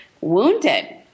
wounded